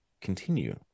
continue